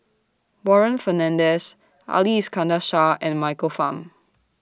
Warren Fernandez Ali Iskandar Shah and Michael Fam